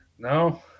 No